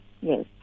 Yes